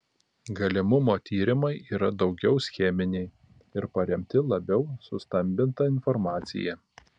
galimumo tyrimai yra daugiau scheminiai ir paremti labiau sustambinta informacija